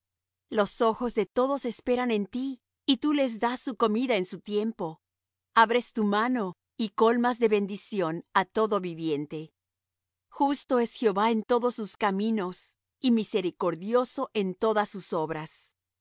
los ojos de todos esperan en ti y tú les das su comida en su tiempo abres tu mano y colmas de bendición á todo viviente justo es jehová en todos sus caminos y misericordioso en todas sus obras